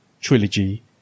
trilogy